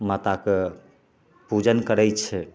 माताके पूजन करैत छै